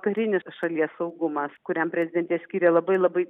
karinis šalies saugumas kuriam prezidentė skyrė labai labai